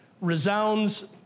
resounds